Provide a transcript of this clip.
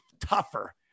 tougher